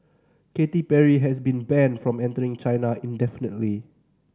Katy Perry has been banned from entering China indefinitely